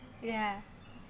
ya